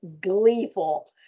gleeful